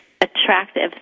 attractive